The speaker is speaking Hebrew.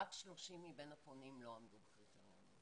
רק 30 מבין הפונים לא עמדו בקריטריונים.